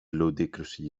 ludicrously